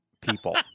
people